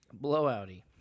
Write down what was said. Blowouty